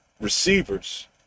receivers